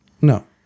No